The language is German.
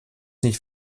nicht